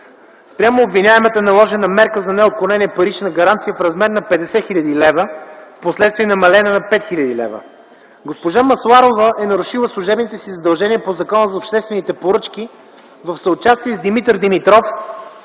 Спрямо обвиняемата е наложена мярка за неотклонение “парична гаранция” в размер на 50 хил. лв., впоследствие намалена на 5 хил. лв. Госпожа Масларова е нарушила служебните си задължения по Закона за обществените поръчки, в съучастие с Димитър Димитров